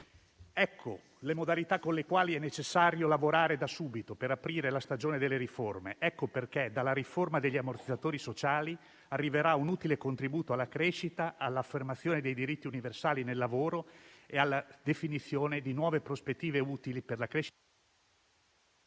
Ecco le modalità con le quali è necessario lavorare da subito per aprire la stagione delle riforme. Ecco perché dalla riforma degli ammortizzatori sociali arriverà un utile contributo alla crescita, all'affermazione dei diritti universali nel lavoro e alla definizione di nuove prospettive utili per la crescita.